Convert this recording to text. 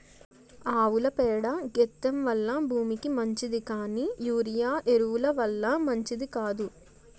ఆవుల పేడ గెత్తెం వల్ల భూమికి మంచిది కానీ యూరియా ఎరువు ల వల్ల మంచిది కాదు